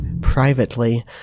privately